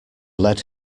led